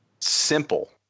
simple